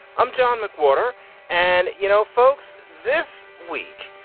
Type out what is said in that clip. i'm john mcwhorter and you know, folks, this week,